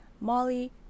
Molly